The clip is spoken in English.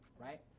right